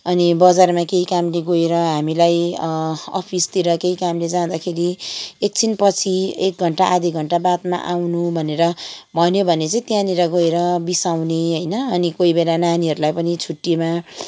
अनि बजारमा केही कामले गएर हामीलाई अफिसतिर केही कामले जाँदाखेरि एकछिन पछि एक घन्टा आधा घन्टा बादमा आउनु भनेर भन्यो भने चाहिँ त्यहाँनिर गएर बिसाउने होइन अनि कोहीबेला नानीहरूलाई पनि छुट्टीमा